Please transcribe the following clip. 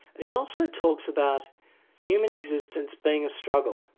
and he also talks about human existence being a struggle,